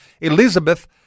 Elizabeth